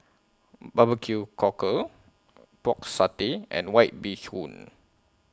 Barbecue Cockle Pork Satay and White Bee Hoon